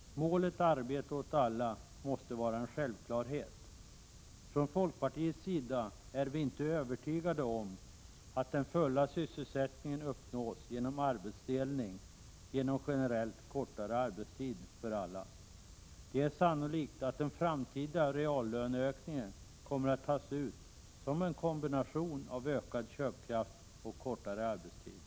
Målet arbete åt alla måste vara en självklarhet. Inom folkpartiet är vi inte övertygade om att den fulla sysselsättningen uppnås genom arbetsdelning som går ut på generellt kortare arbetstid för alla. Det är sannolikt att den framtida reallöneökningen kommer att tas ut som en kombination av ökad köpkraft och kortare arbetstid.